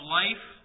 life